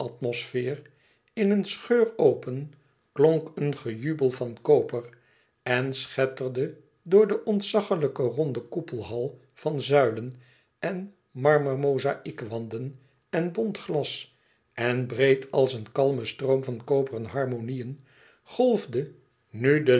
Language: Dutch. zaalatmosfeer in een scheur open klonk een gejubel van koper en schetterde door de ontzaglijke ronde koepelhal van zuilen en marmermozaïkwanden en bont glas en breed als een kalme stroom van koperen harmonieën golfde nu de